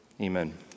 Amen